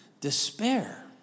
despair